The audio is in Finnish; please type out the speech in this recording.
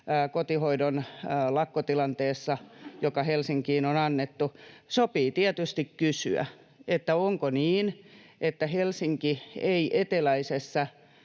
kotihoidon lakkotilanteessa, joka Helsinkiin on annettu. Sopii tietysti kysyä, onko niin, että Helsinki ei eteläisessä